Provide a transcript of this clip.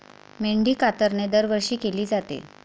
मेंढी कातरणे दरवर्षी केली जाते